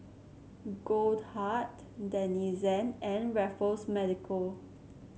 Goldheart Denizen and Raffles Medical